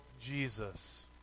Jesus